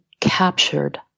captured